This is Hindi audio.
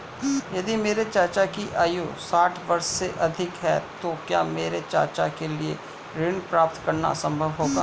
यदि मेरे चाचा की आयु साठ वर्ष से अधिक है तो क्या मेरे चाचा के लिए ऋण प्राप्त करना संभव होगा?